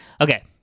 Okay